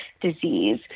disease